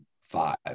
five